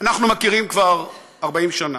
אנחנו מכירים כבר 40 שנה.